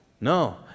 No